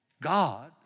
God